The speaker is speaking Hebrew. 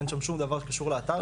אין שם שום דבר שקשור לאתר.